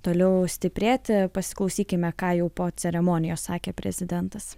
toliau stiprėti pasiklausykime ką jau po ceremonijos sakė prezidentas